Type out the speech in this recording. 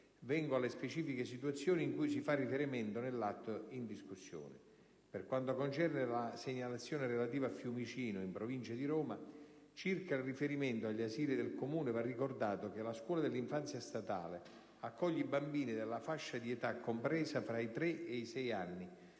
vengo alle specifiche situazioni cui si fa riferimento nell'atto in discussione. Per quanto concerne la segnalazione relativa a Fiumicino, in Provincia di Roma, circa il riferimento agli asili del Comune, va ricordato che la scuola dell'infanzia statale accoglie i bambini della fascia di età compresa fra i tre e i sei anni,